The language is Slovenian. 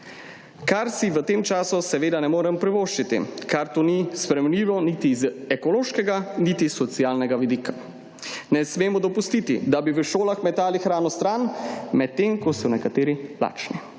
Kar si v tem času seveda ne moremo privoščiti, ker to ni sprejemljivo, niti iz ekološkega niti iz socialnega vidika. Ne smemo dopustiti, da bi v šolah metali hrano stran, med tem ko so nekateri lačni.